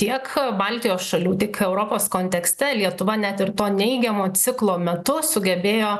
tiek baltijos šalių tik europos kontekste lietuva net ir to neigiamo ciklo metu sugebėjo